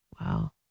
Wow